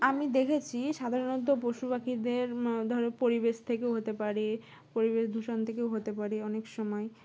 আমি দেখেছি সাধারণত পশু পাখিদের ধরো পরিবেশ থেকেও হতে পারে পরিবেশ দূষণ থেকেও হতে পারে অনেক সময়